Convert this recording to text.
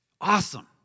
awesome